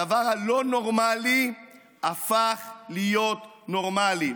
הדבר הלא-נורמלי הפך להיות נורמלי.